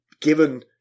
given